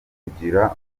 kugira